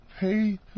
Hey